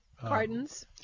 pardons